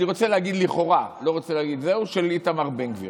אני רוצה להגיד לכאורה, של איתמר בן גביר.